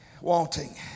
wanting